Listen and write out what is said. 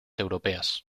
europeas